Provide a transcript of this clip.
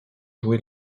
joué